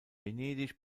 venedig